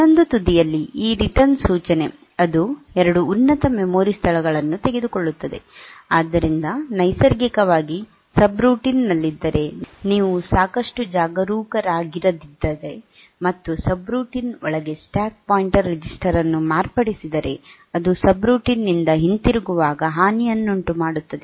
ಇನ್ನೊಂದು ತುದಿಯಲ್ಲಿ ಈ ರಿಟರ್ನ್ ಸೂಚನೆ ಅದು ಎರಡು ಉನ್ನತ ಮೆಮೊರಿ ಸ್ಥಳಗಳನ್ನು ತೆಗೆದುಕೊಳ್ಳುತ್ತದೆ ಆದ್ದರಿಂದ ನೈಸರ್ಗಿಕವಾಗಿ ಸಬ್ರುಟೀನ್ ನಲ್ಲಿದ್ದರೆ ನೀವು ಸಾಕಷ್ಟು ಜಾಗರೂಕರಾಗಿರದಿದ್ದರೆ ಮತ್ತು ಸಬ್ರೂಟೀನ್ ಒಳಗೆ ಸ್ಟ್ಯಾಕ್ ಪಾಯಿಂಟರ್ ರಿಜಿಸ್ಟರ್ ಅನ್ನು ಮಾರ್ಪಡಿಸಿದರೆ ಅದು ಸಬ್ರೂಟೀನ್ ನಿಂದ ಹಿಂತಿರುಗುವಾಗ ಹಾನಿಯನ್ನುಂಟುಮಾಡುತ್ತದೆ